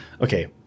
okay